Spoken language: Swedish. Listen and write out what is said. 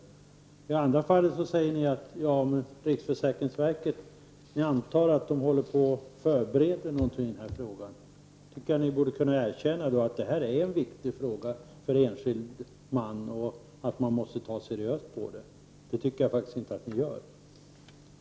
I det andra fallet säger ni att ni antar att riksförsäkringsverket förbereder någonting i den här frågan. Då tycker jag att ni borde kunna erkänna att det här är en viktig fråga för den enskilde och inse att man måste ta seriöst på den. Det tycker jag faktiskt inte att ni gör.